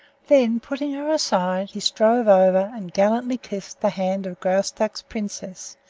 then, putting her aside he strode over and gallantly kissed the hand of graustark's princess,